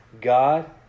God